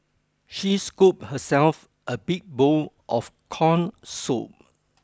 she scooped herself a big bowl of corn soup